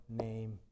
Name